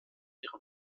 ihrem